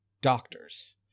doctors